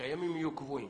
שהימים יהיו קבועים.